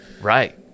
Right